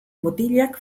mutilak